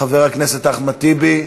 חבר הכנסת אחמד טיבי.